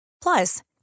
Plus